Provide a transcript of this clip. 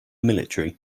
military